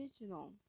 original